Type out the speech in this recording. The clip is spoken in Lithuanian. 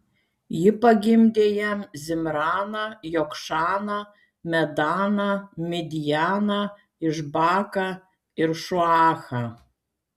ji pagimdė jam zimraną jokšaną medaną midjaną išbaką ir šuachą